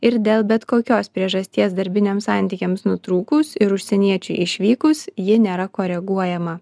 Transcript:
ir dėl bet kokios priežasties darbiniams santykiams nutrūkus ir užsieniečiui išvykus ji nėra koreguojama